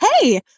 hey